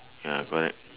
ya correct